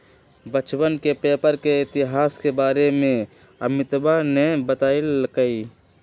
बच्चवन के पेपर के इतिहास के बारे में अमितवा ने बतल कई